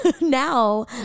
now